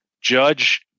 Judge